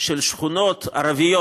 של שכונות ערביות,